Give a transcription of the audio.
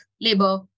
labor